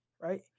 right